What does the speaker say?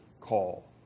call